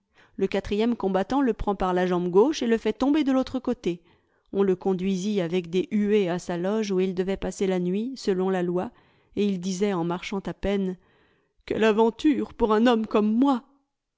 le quatrième combattant le prend par la jambe gauche et le fait tomber de l'autre côté on le conduisit avec des huées à sa loge où il devait passer la nuit selon la loi et il disait en marchant à peine quelle aventure pour un homme comme moi